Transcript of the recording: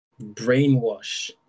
brainwash